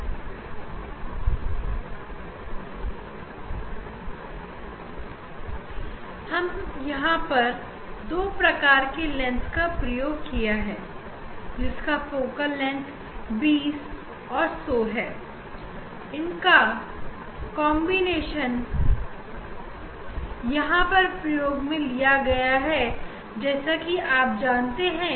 और यहां हम भी दो प्रकार के लेंस का प्रयोग किया है जिनका फोकल लेंथ 20 और 100 है और इनका कॉन्बिनेशन यहां पर प्रयोग में लिया गया है जैसा कि आप जानते हैं